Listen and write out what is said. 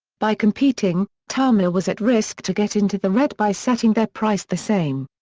by competing, tamiya was at risk to get into the red by setting their price the same.